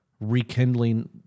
rekindling